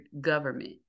government